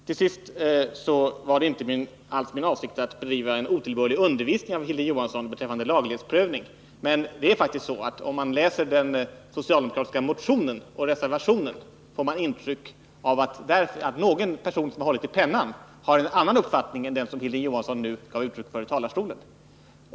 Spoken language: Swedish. Till sist vill jag säga att det inte alls var min avsikt att bedriva en otillbörlig undervisning av Hilding Johansson beträffande laglighetsprövning, men det är faktiskt så att om man läser den socialdemokratiska motionen och reservationen, får man intryck av att någon person som hållit i pennan har en annan uppfattning än den som Hilding Johansson nu framfört i talarstolen.